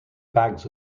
bags